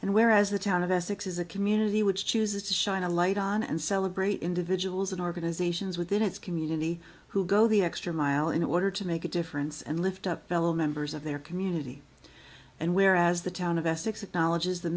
and whereas the town of essex is a community which chooses to shine a light on and celebrate individuals and organizations within its community who go the extra mile in order to make a difference and lift up fellow members of their community and where as the town of essex acknowledges the